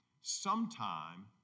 Sometime